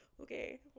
Okay